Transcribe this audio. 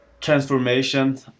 transformation